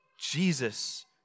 Jesus